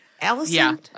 Allison